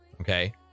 okay